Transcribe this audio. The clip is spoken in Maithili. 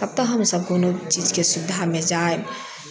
तब तऽ हमे सब कोनो चीज के सुविधा मे जायब